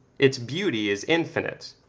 its beauty is infinite.